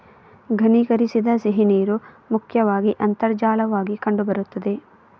ಘನೀಕರಿಸದ ಸಿಹಿನೀರು ಮುಖ್ಯವಾಗಿ ಅಂತರ್ಜಲವಾಗಿ ಕಂಡು ಬರುತ್ತದೆ